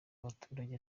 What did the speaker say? baturage